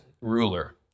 ruler